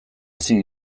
ezin